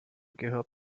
gehört